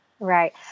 Right